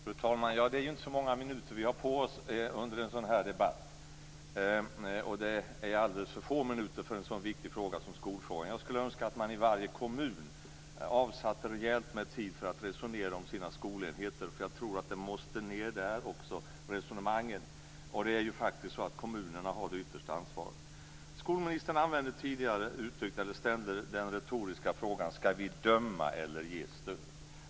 Fru talman! Vi har inte så många minuter på oss under en sådan här debatt. Det är alldeles för få minuter för en så viktig fråga som skolan. Jag önskar att man i varje kommun avsatte rejält med tid för att resonera om sina skolenheter. Resonemangen måste föras dit. Kommunerna har det yttersta ansvaret. Skolministern uttryckte tidigare den retoriska frågan om vi ska döma eller ge stöd.